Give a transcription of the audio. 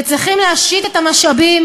וצריכים להשית את המשאבים,